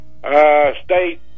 State